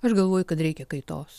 aš galvoju kad reikia kaitos